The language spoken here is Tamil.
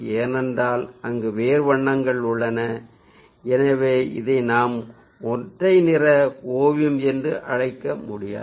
ஏனென்றால் அங்கு வேறு வண்ணங்கள் உள்ளன எனவே இதை நாம் ஒற்றை நிற ஓவியம் என்று அழைக்க முடியாது